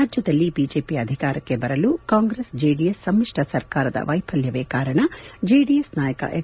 ರಾಜ್ಯದಲ್ಲಿ ಬಿಜೆಪಿ ಅಧಿಕಾರಕ್ಕೆ ಬರಲು ಕಾಂಗ್ರೆಸ್ ಜೆಡಿಎಸ್ ಸಮಿತ್ರ ಸರ್ಕಾರದ ವೈಫಲ್ಲವೇ ಕಾರಣ ಜೆಡಿಎಸ್ ನಾಯಕ ಎಚ್